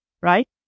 right